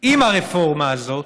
עם הרפורמה הזאת,